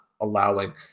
allowing